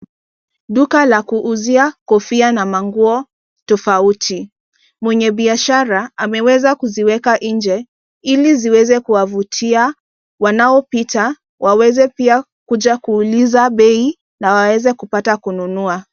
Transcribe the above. Duka la kuuzia kofia na manguo tofauti mwenye biashara ameweza kuziweka nje ili ziweze kuwavutia wanaopita waweze pia kuja kuuliza bei na waweze kupata kununua.